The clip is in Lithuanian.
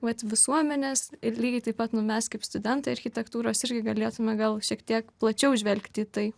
vat visuomenės ir lygiai taip pat nu mes kaip studentai architektūros irgi galėtume gal šiek tiek plačiau žvelgti į tai